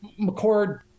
mccord